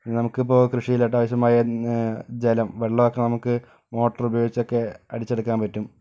നമുക്കിപ്പോൾ കൃഷിയിൽ അത്യാവശ്യമായ ജലം വെള്ളമൊക്കെ നമുക്ക് മോട്ടർ ഉപയോഗിച്ചൊക്കെ അടിച്ചെടുക്കാൻ പറ്റും